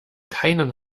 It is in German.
keinen